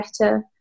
better